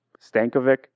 Stankovic